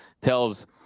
tells –